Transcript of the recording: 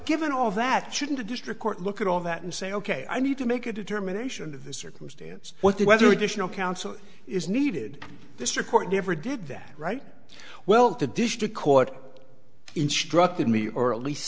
given all that shouldn't a district court look at all of that and say ok i need to make a determination of the circumstance what the weather additional council is needed this report never did that right well to district court instructed me or at least